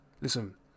Listen